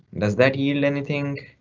does that yield anything?